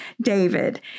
David